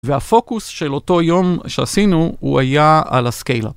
והפוקוס של אותו יום שעשינו הוא היה על הסקיילה.